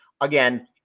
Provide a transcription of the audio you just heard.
Again